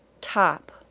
top